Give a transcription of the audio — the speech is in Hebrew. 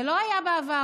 זה לא היה בעבר.